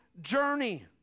journey